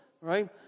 right